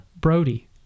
Brody